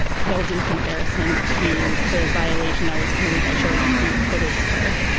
pales in comparison to the violation that was committed by showing these nude photos of her.